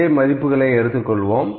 அதே மதிப்புகளை எடுத்துக் கொள்வோம்